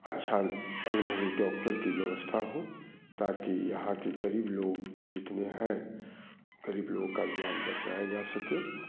अच्छा अनुभवी डॉक्टर की व्यवस्था हो ताकि यहाँ की गरीब लोग जितने हैं गरीब लोगों का जान बचाया जा सके